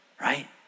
right